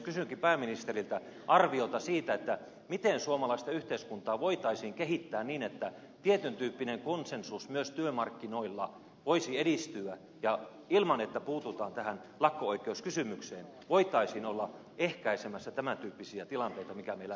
kysynkin pääministeriltä arviota siitä miten suomalaista yhteiskuntaa voitaisiin kehittää niin että tietyn tyyppinen konsensus myös työmarkkinoilla voisi edistyä ja ilman että puututaan tähän lakko oikeuskysymykseen voitaisiin olla ehkäisemässä tämän tyyppisiä tilanteita joita meillä maassa tällä hetkellä on